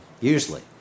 Usually